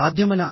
సాధ్యమేనా